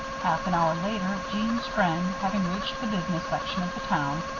half an hour later, jeanne's friend, having reached the business section of the town,